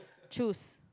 choose